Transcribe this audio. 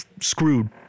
screwed